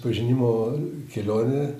pažinimo kelionė